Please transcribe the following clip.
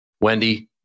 Wendy